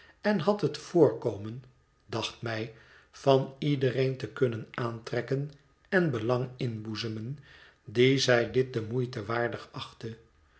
en had het voorkomen dacht mij van iedereen te kunnen aantrekken en belang inboezemen dien zij dit de moeite waardig achtte